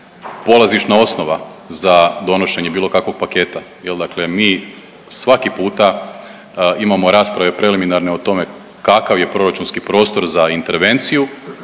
polazišna osnova za donošenje bilo kakvog paketa, jel dakle mi svaki puta imamo rasprave preliminarne o tome kakav je proračunski prostor za intervenciju,